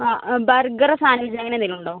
ആ burger sandwich അങ്ങനെ എന്തേങ്കിലുമുണ്ടോ